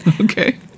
Okay